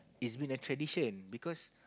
it's been a tradition because